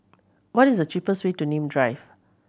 what is the cheapest way to Nim Drive